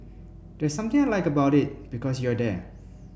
there's something I like about it because you're there